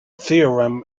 theorem